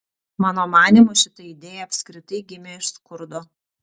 mano manymu šita idėja apskritai gimė iš skurdo